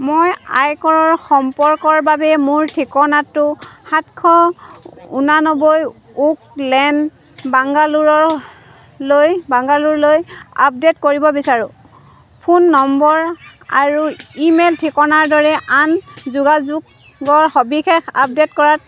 মই আয়কৰ সম্পৰ্কৰ বাবে মোৰ ঠিকনাটো সাতশ ঊনান্নবৈ ওক লেন বাংগালোৰলৈ বাংগালোৰলৈ আপডেট কৰিব বিচাৰোঁ ফোন নম্বৰ আৰু ই মেইল ঠিকনাৰ দৰে আন যোগাযোগৰ সবিশেষ আপডেট কৰাত